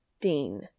Dean